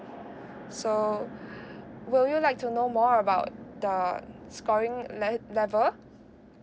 so would you like to know more about the scoring level